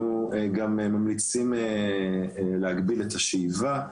אנחנו ממליצים להגביל את השאיבה,